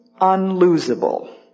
unlosable